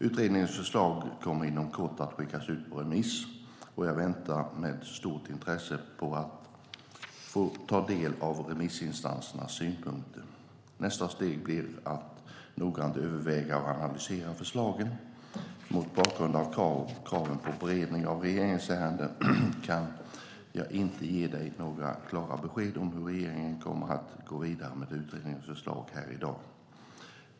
Utredningens förslag kommer inom kort att skickas ut på remiss, och jag väntar med stort intresse på att få ta del av remissinstansernas synpunkter. Nästa steg blir att noggrant överväga och analysera förslagen. Mot bakgrund av kraven på beredning av regeringsärenden kan jag i dag inte ge Jens Holm några klara besked om hur regeringen kommer att gå vidare med utredningens förslag.